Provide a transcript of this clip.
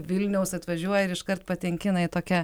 vilniaus atvažiuoja ir iškart patenki na į tokią